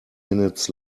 minutes